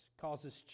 causes